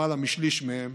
למעלה משליש מהם